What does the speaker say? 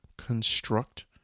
construct